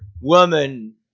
woman